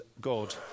God